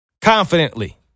Confidently